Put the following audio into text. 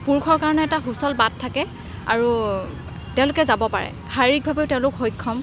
পুৰুষৰ কাৰণে এটা সুচল বাট থাকে আৰু তেওঁলোক যাব পাৰে শাৰীৰিকভাৱেও তেওঁলোক সক্ষম